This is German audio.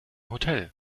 hotel